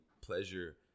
pleasure